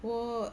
我